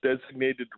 designated